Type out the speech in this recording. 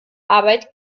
arbeit